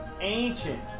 ancient